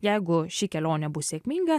jeigu ši kelionė bus sėkminga